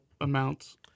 amounts